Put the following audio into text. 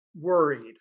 worried